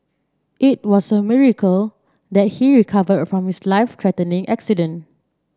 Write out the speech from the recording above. it was a miracle that he recovered from his life threatening accident